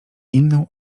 inną